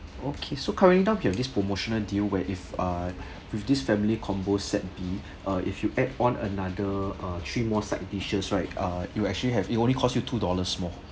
okay so currently now we have this promotional deal where if uh with this family combo set B uh if you add on another uh three more side dishes right uh it will actually have it only cost you two dollars more